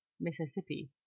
Mississippi